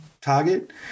target